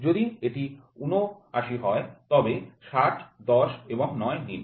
যদি এটি ৭৯ হয় তবে ৬০ ১০ এবং ৯ নিন